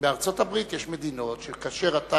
בארצות-הברית יש מדינות, שכאשר אתה